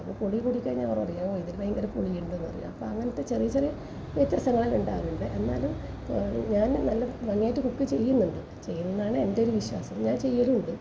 അത് പുളി കൂടിക്കഴിഞ്ഞാൽ അവരും പറയും ഓ ഇതിന് ഭയങ്കര പുളിയുണ്ട് പറയും അപ്പം അങ്ങനത്തെ ചെറിയ ചെറിയ വ്യത്യസ്തമായ ഉണ്ടാക്കലുണ്ട് എന്നാലും ഞാൻ നല്ല നന്നായിട്ട് കുക്ക് ചെയ്യുന്നുണ്ട് ചെയ്യുന്നാണ് എൻറ്റൊരു വിശ്വാസം ഞാൻ ചെയ്യലുമുണ്ട്